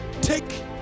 Take